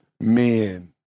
men